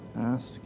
ask